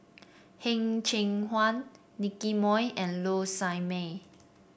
Heng Cheng Hwa Nicky Moey and Low Sanmay